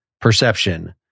perception